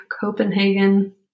Copenhagen